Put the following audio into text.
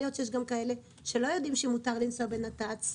אולי יש גם כאלה שלא יודעים שמותר לנסוע בנת"צ,